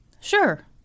Sure